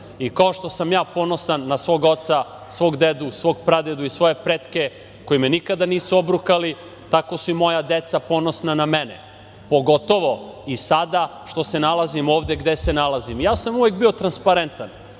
Kao što sam ja ponosan na svog oca, svog dedu, svog pradedu i svoje pretke koji me nikada nisu obrukali, tako su i moja deca ponosna na mene, pogotovo i sada što se nalazim ovde gde se nalazim. Ja sam uvek bio transparentan